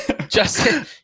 Justin